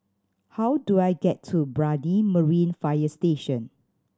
how do I get to Brani Marine Fire Station